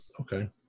Okay